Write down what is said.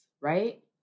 right